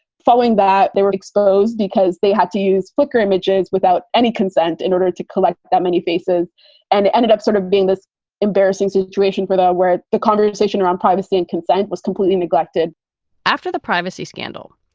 following that, they were exposed because they had to use fluker images without any consent in order to collect that many faces and ended up sort of being this embarrassing situation for that where the conversation around privacy and consent was completely neglected after the privacy scandal,